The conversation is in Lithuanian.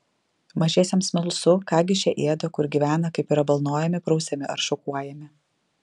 mažiesiems smalsu ką gi šie ėda kur gyvena kaip yra balnojami prausiami ar šukuojami